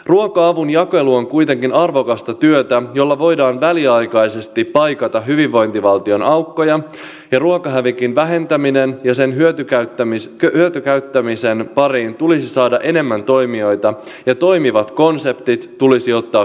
ruoka avun jakelu on kuitenkin arvokasta työtä jolla voidaan väliaikaisesti paikata hyvinvointivaltion aukkoja ja ruokahävikin vähentämisen ja sen hyötykäyttämisen pariin tulisi saada enemmän toimijoita ja toimivat konsepti tulisi ottaa käyttöön laajemmin